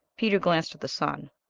peter glanced at the sun.